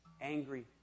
angry